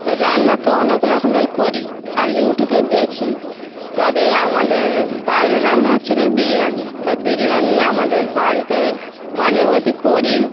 রান্না তো অনেক রকমের করি আর ইউটিউবে দেখি তবে আমাদের বাইরের রান্না হচ্ছে গিয়ে বিরিয়ানি তা বিরিয়ানি আমাদের বাড়িতে মাঝেমধ্যে করি